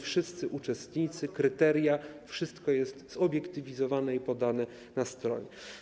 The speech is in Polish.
Wszyscy uczestnicy, kryteria, to wszystko jest zobiektywizowane i podane na stronie.